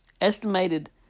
estimated